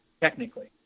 technically